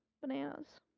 Bananas